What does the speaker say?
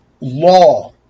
law